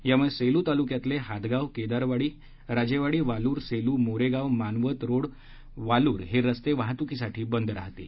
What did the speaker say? यामुळे सेलू तालुक्यातले हादगाव केदारवाडी राजेवाडी वालूर सेलू मोरेगाव मानवत रोड वालूर हे रस्ते वाहतुकीसाठी बंद राहणार आहेत